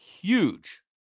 huge